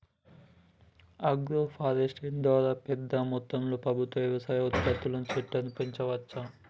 agro forestry ద్వారా పెద్ద మొత్తంలో ప్రభుత్వం వ్యవసాయ ఉత్పత్తుల్ని చెట్లను పెంచవచ్చు